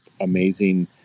amazing